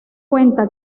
cuenta